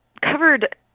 covered